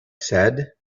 said